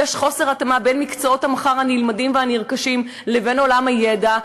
יש חוסר התאמה בין מקצועות המחר הנלמדים והנרכשים לבין עולם הידע,